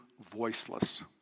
voiceless